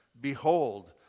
Behold